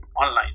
online